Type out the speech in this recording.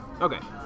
Okay